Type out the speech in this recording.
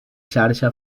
xarxa